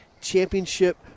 championship